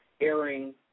airing